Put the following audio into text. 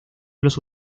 los